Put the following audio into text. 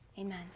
Amen